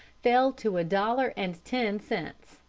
fell to a dollar and ten cents,